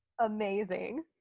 amazing